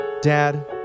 Dad